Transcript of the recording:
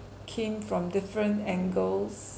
came from different angles